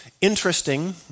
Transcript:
interesting